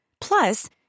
Plus